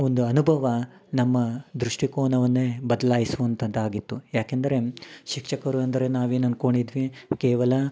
ಒಂದು ಅನುಭವ ನಮ್ಮ ದೃಷ್ಟಿಕೋನವನ್ನೇ ಬದ್ಲಾಯ್ಸುವಂಥದ್ದು ಆಗಿತ್ತು ಯಾಕೆಂದರೆ ಶಿಕ್ಷಕರು ಅಂದರೆ ನಾವೇನು ಅನ್ಕೊಂಡಿದ್ವಿ ಕೇವಲ